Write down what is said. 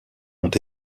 ont